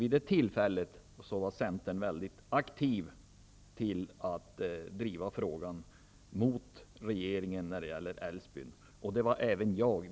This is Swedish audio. Vid det tillfället var emellertid Centerpartiet väldigt aktivt när det gällde att driva frågan om Älvsbyn mot regeringens förslag. Så var även jag.